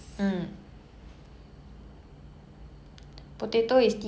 I don't know but let's not go there